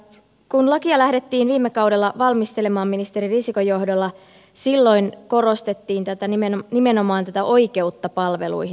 kun lakia lähdettiin viime kaudella valmistelemaan ministeri risikon johdolla silloin korostettiin nimenomaan tätä oikeutta palveluihin